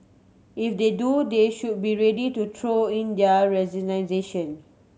if they do they should be ready to throw in their resignation